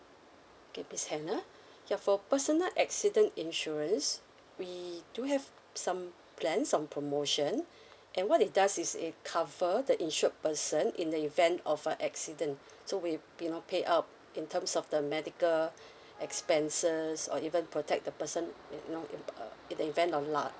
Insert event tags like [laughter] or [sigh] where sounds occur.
okay miss hannah ya for personal accident insurance we do have some plans on promotion [breath] and what it does is it cover the insured person in the event of a accident so with you know pay uh in terms of the medical [breath] expenses or even protect the person you know it uh in the event of